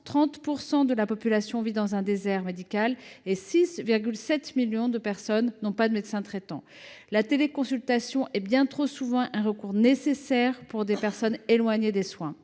30 % de la population vit dans un désert médical et 6,7 millions de personnes n’ont pas de médecin traitant. La téléconsultation est bien souvent le seul recours pour des personnes éloignées des soins.